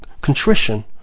contrition